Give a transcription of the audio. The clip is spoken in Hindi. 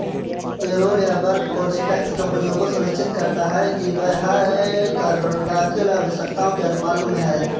पेरोल या वर्कफोर्स टैक्स कंपनियों को सुनिश्चित करता है कि वह कर दाखिल आवश्यकताओं के अनुपालन में है